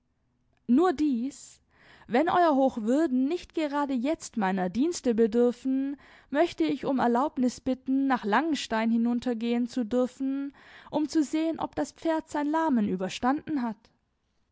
nur dies wenn euer hochwürden nicht gerade jetzt meiner dienste bedürfen möchte ich um erlaubnis bitten nach langenstein hinuntergehen zu dürfen um zu sehen ob das pferd sein lahmen überstanden hat